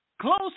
close